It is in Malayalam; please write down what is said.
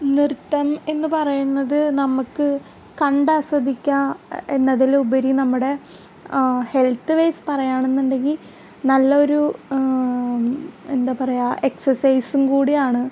നൃത്തം എന്ന് പറയുന്നത് നമുക്ക് കണ്ടാസ്വദിക്കാൻ എന്നതിലുപരി നമ്മുടെ ഹെൽത്ത് വൈസ് പറയുകയാണെന്നുടെങ്കിൽ നല്ല ഒരു എന്താ പറയുക എക്സസൈസും കൂടിയാണ്